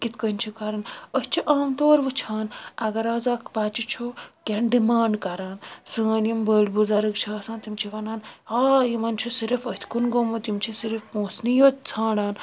کِتھ کٲٹھۍ چھُ کرُن أسۍ چھِ عام طور وٕچھان اگر آز اکھ بَچہِ چھُ کیٚنٛہہ ڈِمانڑ کران سٲنۍ یِم بٔڑ بُزرگ چھِ آسان تِم چھِ وَنان ہاے یِمن چھُ صرف أتھۍ کُن گوٚمت یِم چھِ صرف پونٛسنٕے یوت ژھاران